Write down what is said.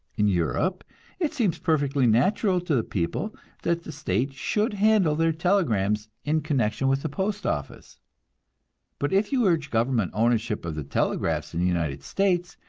in europe it seems perfectly natural to the people that the state should handle their telegrams in connection with the postoffice but if you urge government ownership of the telegraphs in the united states,